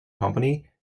company